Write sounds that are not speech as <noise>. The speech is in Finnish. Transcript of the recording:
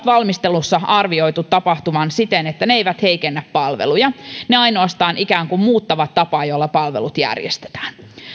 <unintelligible> valmistelussa arvioitu tapahtuvan siten että ne eivät heikennä palveluja ne ainoastaan ikään kuin muuttavat tapaa jolla palvelut järjestetään